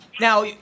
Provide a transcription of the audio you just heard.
now